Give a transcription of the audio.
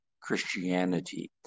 Christianity